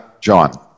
John